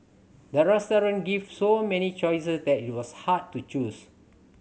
the restaurant gave so many choices that it was hard to choose